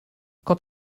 quant